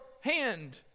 hand